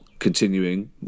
Continuing